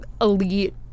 elite